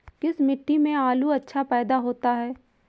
किस मिट्टी में आलू अच्छा पैदा होता है?